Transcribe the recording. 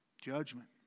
judgment